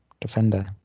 defender